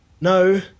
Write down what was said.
No